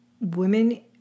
Women